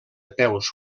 peus